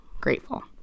grateful